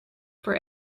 for